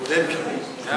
לא,